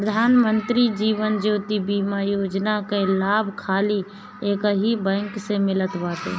प्रधान मंत्री जीवन ज्योति बीमा योजना कअ लाभ खाली एकही बैंक से मिलत बाटे